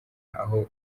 aho